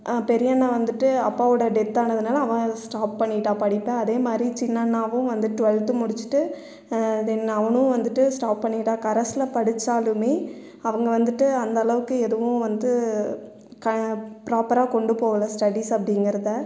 பெரிய அண்ணன் வந்துட்டு அப்பாவோடய டெத்தானதுனால் அவன் ஸ்டாப் பண்ணிட்டான் படிப்பை அதே மாதிரி சின்ன அண்ணாவும் வந்து ட்வெல்த் முடிச்சிட்டு தென் அவனும் வந்துட்டு ஸ்டாப் பண்ணிட்டான் கரஸ்ல படிச்சாலுமே அவங்க வந்துட்டு அந்தளவுக்கு எதுவும் வந்து ப்ராப்பராக கொண்டு போகலை ஸ்டடீஸ் அப்டிங்கறதை